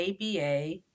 ABA